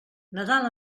nadal